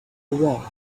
wrong